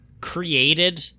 created